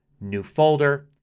new folder.